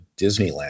Disneyland